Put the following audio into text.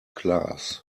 class